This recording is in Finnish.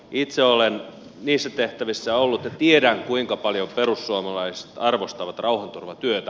itse olen niissä tehtävissä ollut ja tiedän kuinka paljon perussuomalaiset arvostavat rauhanturvatyötä